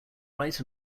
right